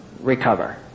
recover